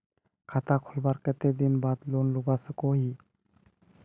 खाता खोलवार कते दिन बाद लोन लुबा सकोहो ही?